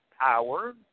power